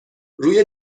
روی